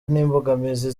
n’imbogamizi